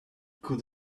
could